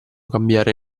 cambiare